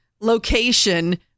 location